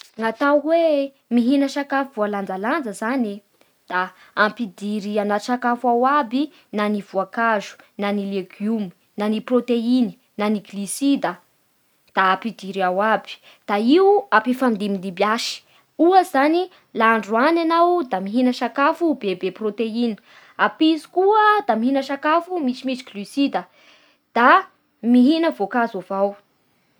Natao hoe mihina sakafo voalanjalanja zany, da ampidiry anaty sakafo ao aby na ny voa-kazo na ny legume na ny protéine na ny glisida, da ampidiry ao iaby, da io ampifandimbindimbiasy. Ohatsy zany laha androany enao da mihina sakafo bebe protéine, ampitso koa da miahina sakafo misimisy glucide da mihina voa-kazo avao